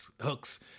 hooks